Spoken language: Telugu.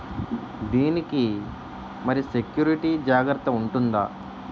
దీని కి మరి సెక్యూరిటీ జాగ్రత్తగా ఉంటుందా?